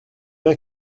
bien